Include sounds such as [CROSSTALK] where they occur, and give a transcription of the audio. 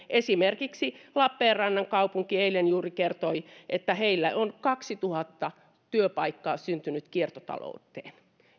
[UNINTELLIGIBLE] esimerkiksi lappeenrannan kaupunki juuri eilen kertoi että heillä on syntynyt kaksituhatta työpaikkaa kiertotalouteen